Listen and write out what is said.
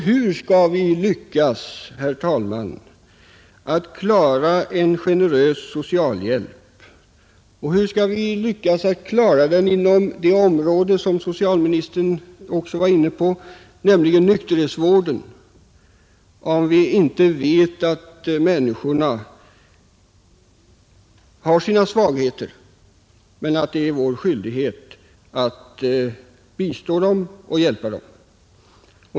Hur skall vi kunna klara en generös socialhjälp inom t.ex. nykterhetsvården, som socialministern nämnde, om vi inte känner till människornas svagheter och är medvetna om vår skyldighet att bistå och hjälpa dem?